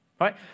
right